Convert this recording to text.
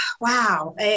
wow